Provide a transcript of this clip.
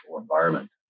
environment